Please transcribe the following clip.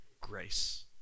grace